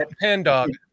Pan-Dog